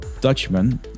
Dutchman